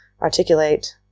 articulate